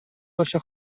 باشه